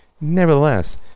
Nevertheless